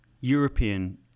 European